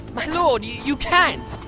my lord you you can't!